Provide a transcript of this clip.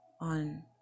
on